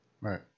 Right